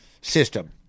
system